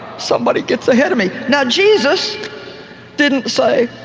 somebody gets ahead of me. now jesus didn't say,